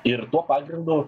ir tuo pagrindu